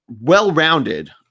well-rounded